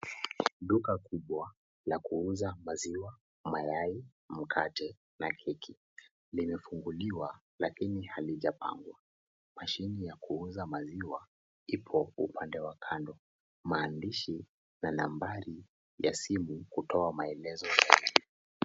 Duka kubwa la kuuza maziwa, mayai, mkate na keki limefunguliwa lakini halijapangwa. Mashine ya kuuza maziwa ipo upande wa kando. Maandishi na nambari ya simu kutoa maelezo.